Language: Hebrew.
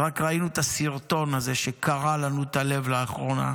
רק ראינו את הסרטון הזה שקרע לנו את הלב לאחרונה,